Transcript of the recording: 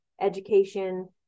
education